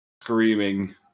screaming